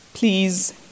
please